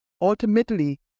Ultimately